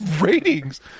ratings